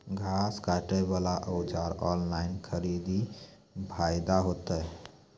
घास काटे बला औजार ऑनलाइन खरीदी फायदा होता?